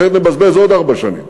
אחרת, נבזבז עוד ארבע שנים.